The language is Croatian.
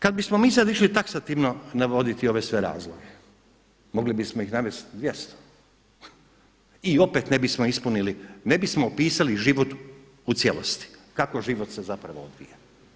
Kada bismo mi sada išli taksativno navoditi ove sve razloge mogli bismo ih navesti 200 i opet ne bismo ispunili, ne bismo opisali život u cijelosti, kako život se zapravo odvija.